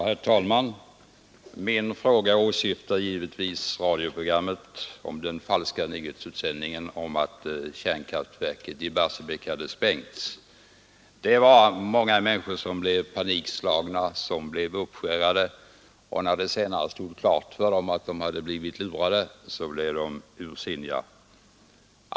Herr talman! Min fråga åsyftar givetvis radioprogrammet med den falska nyhetsutsändningen om att kärnkraftverket i Barsebäck hade sprängts. Många människor blev panikslagna och uppskärrade, och när det senare stod klart för dem att de hade blivit lurade blev de ursinniga.